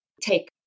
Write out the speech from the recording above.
take